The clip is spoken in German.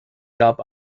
gab